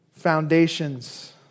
Foundations